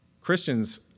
Christians